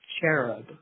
cherub